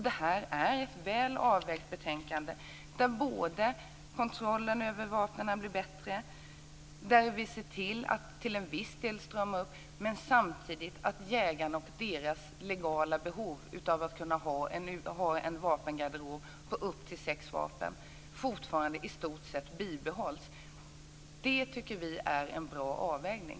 Det är ett väl avvägt betänkande, där kontrollen över vapnen blir bättre och till viss del stramas upp. Samtidigt tillgodoses fortfarande i stort sett jägarnas legala behov av att ha en vapengarderob om upp till sex vapen. Vi tycker att det är en bra avvägning.